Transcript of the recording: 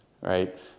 right